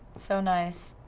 so nice.